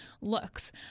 looks